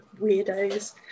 weirdos